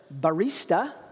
barista